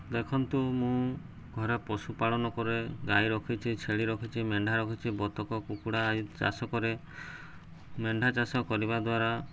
ଦେଖନ୍ତୁ ମୁଁ ଘରେ ପଶୁପାଳନ କରେ ଗାଈ ରଖିଛି ଛେଳି ରଖିଛି ମେଣ୍ଢା ରଖିଛି ବତକ କୁକୁଡ଼ା ଆଦି ଚାଷ କରେ ମେଣ୍ଢା ଚାଷ କରିବା ଦ୍ୱାରା